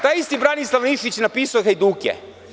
Taj isti Branislav Nušić je napisao „Hajduke“